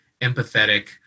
empathetic